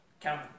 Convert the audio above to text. count